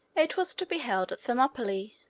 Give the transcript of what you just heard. it was to be held at thermopylae,